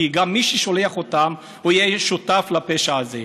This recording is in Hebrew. כי גם מי ששולח אותם יהיה שותף לפשע הזה.